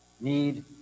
need